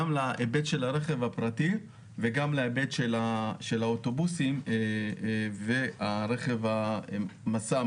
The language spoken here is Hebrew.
גם להיבט של הרכב הפרטי וגם להיבט של האוטובוסים והרכב משא,